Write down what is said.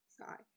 Sorry